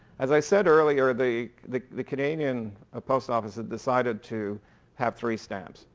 as i said earlier, the the the canadian ah post office had decided to have three stamps.